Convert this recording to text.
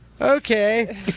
okay